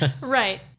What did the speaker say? Right